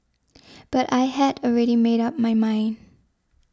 but I had already made up my mind